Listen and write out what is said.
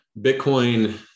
Bitcoin